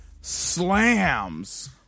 slams